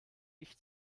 ich